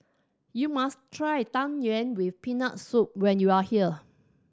you must try Tang Yuen with Peanut Soup when you are here